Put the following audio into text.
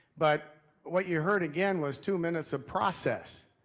but what you heard again was two minutes of process.